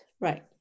right